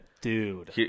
dude